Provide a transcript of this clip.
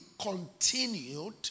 continued